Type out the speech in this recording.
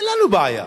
אין לנו בעיה.